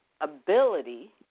ability